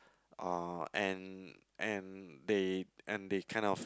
uh and and they and they kind of